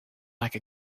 like